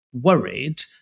worried